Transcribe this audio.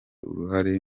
uruhare